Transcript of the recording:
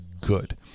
good